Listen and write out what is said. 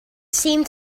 seemed